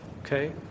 Okay